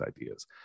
ideas